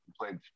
played